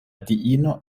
diino